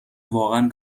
واقعا